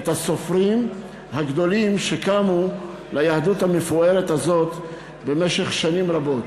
את הסופרים הגדולים שקמו ליהדות המפוארת הזאת במשך שנים רבות.